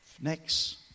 Next